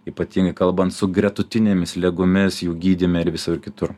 ypatingai kalbant su gretutinėmis ligomis jų gydyme ir visur kitur